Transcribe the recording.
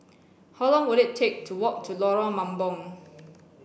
how long will it take to walk to Lorong Mambong